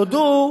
התוצאה,